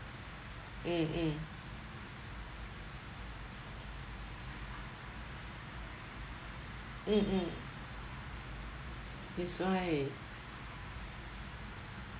mm mm mm mm that's why